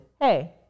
hey